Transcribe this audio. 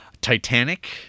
Titanic